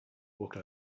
walked